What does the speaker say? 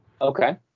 Okay